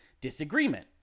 disagreement